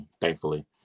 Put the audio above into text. thankfully